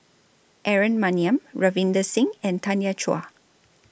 Aaron Maniam Ravinder Singh and Tanya Chua